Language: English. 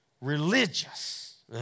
religious